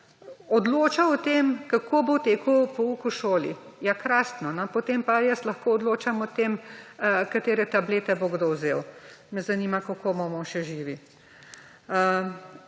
odločal o tem, kako bo tekel pouk v šoli. Ja, krasno, potem pa jaz lahko odločam o tem, katere tablete bo kdo vzel. Me zanima, kako bomo še živi.